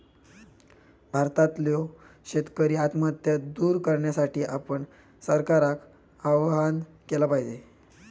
भारतातल्यो शेतकरी आत्महत्या दूर करण्यासाठी आपण सरकारका आवाहन केला पाहिजे